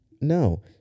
no